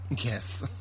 Yes